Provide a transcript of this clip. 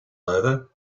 over